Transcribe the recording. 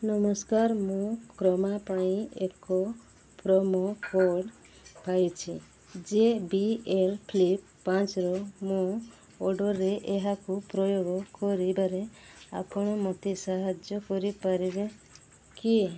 ନମସ୍କାର ମୁଁ କ୍ରୋମା ପାଇଁ ଏକ ପ୍ରୋମୋ କୋଡ଼୍ ପାଇଛି ଜେ ବି ଏଲ୍ ଫ୍ଲିପ୍ ପାଞ୍ଚର ମୋ ଅର୍ଡ଼ର୍ରେ ଏହାକୁ ପ୍ରୟୋଗ କରିବାରେ ଆପଣ ମୋତେ ସାହାଯ୍ୟ କରିପାରିବେ କି